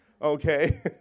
Okay